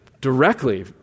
directly